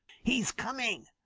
he's coming!